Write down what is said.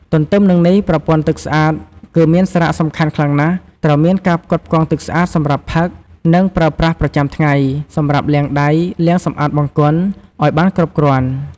ទន្ទឹមនឹងនេះ ប្រព័ន្ធទឹកស្អាត គឺមានសារៈសំខាន់ខ្លាំងណាស់ ត្រូវមានការផ្គត់ផ្គង់ទឹកស្អាតសម្រាប់ផឹក និងប្រើប្រាស់ប្រចាំថ្ងៃ សម្រាប់លាងដៃ លាងសម្អាតបង្គន់ ឲ្យបានគ្រប់គ្រាន់។